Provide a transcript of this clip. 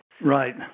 right